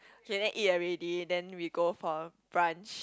okay then eat already then we go for brunch